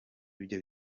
ibyo